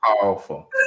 powerful